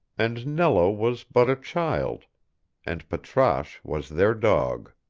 and nello was but a child and patrasche was their dog.